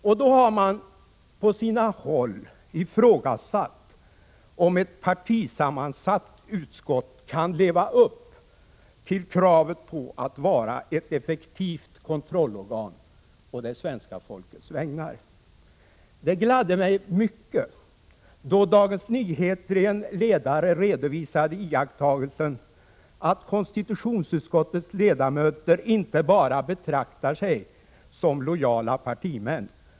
Man har på sina håll ifrågasatt om ett partisammansatt utskott kan leva upp till kravet på att vara ett effektivt kontrollorgan å det svenska folkets vägnar. Det gladde mig mycket då Dagens Nyheter i en ledare redovisade iakttagelsen att konstitutionsutskottets ledamöter inte bara betraktar sig som lojala partimän.